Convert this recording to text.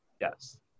Yes